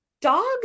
dogs